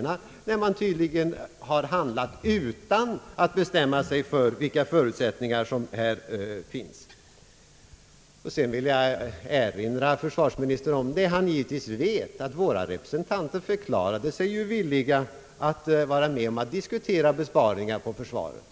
mot bakgrunden av att man tydligen har handlat utan att bestämma sig för vilka förutsättningar som föreligger. Jag vill vidare erinra försvarsministern om att, såsom statsrådet givetvis vet, våra representanter i utredningen förklarade sig villiga att vara med om att diskutera besparingar inom försvaret.